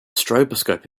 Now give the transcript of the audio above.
stroboscope